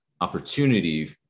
opportunity